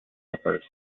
slippers